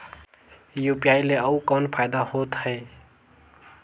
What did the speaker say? UPI ले अउ कौन फायदा होथ है?